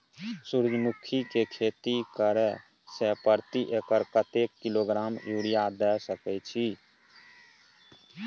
सूर्यमुखी के खेती करे से प्रति एकर कतेक किलोग्राम यूरिया द सके छी?